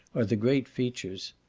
are the great features.